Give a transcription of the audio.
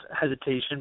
hesitation